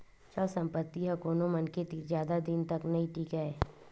चल संपत्ति ह कोनो मनखे तीर जादा दिन तक नइ टीकय